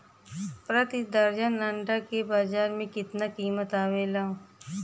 प्रति दर्जन अंडा के बाजार मे कितना कीमत आवेला?